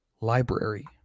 library